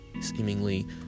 seemingly